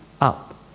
up